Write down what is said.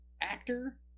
actor